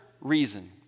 reason